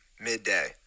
midday